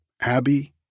Abby